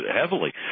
heavily